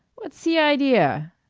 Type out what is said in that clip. what's ee idea?